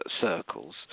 circles